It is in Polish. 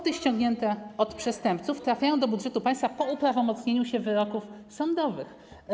Kwoty ściągnięte od przestępców trafiają do budżetu państwa po uprawomocnieniu się wyroków sądowych.